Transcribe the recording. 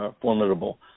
formidable